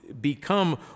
become